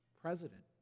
President